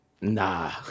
nah